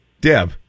Deb